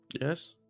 Yes